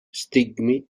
stigmi